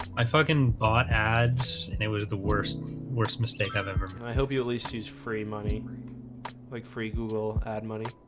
i fucking bought ads and it was the worst worst mistake i've ever and i hope you at least use free money like free google ad money.